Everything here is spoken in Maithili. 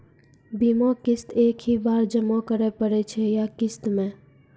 बीमा किस्त एक ही बार जमा करें पड़ै छै या किस्त मे?